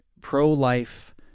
pro-life